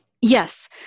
Yes